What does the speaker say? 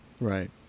right